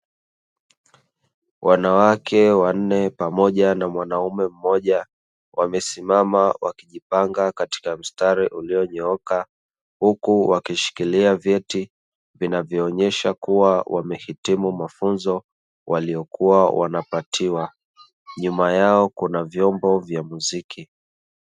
Wanawake wanne pamoja na mwanaume mmoja wamesimama wakijipanga katika mstari ulionyooka huku wakishikilia vyeti vinavyoonyesha kuwa wamehitimu mafunzo waliyokua wanapatiwa nyuma yao kuna vyombo vya muziki.